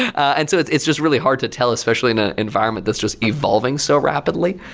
and so it's it's just really hard to tell especially in an environment that's just evolving so rapidly,